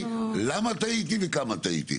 למה טעיתי וכמה טעיתי.